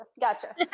gotcha